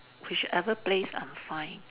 whichever place I'm fine